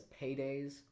Paydays